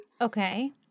Okay